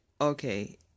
okay